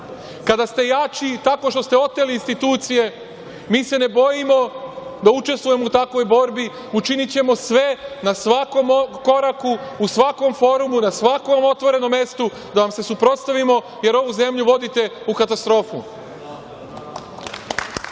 kada ste jači, tako što ste oteli institucije, mi se ne bojimo da učestvujemo u takvoj borbi, učinićemo sve na svakom koraku, u svakom forumu, na svakom otvorenom mestu da vam se suprotstavimo, jer ovu zemlju vodite u katastrofu.